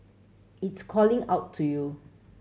it's calling out to you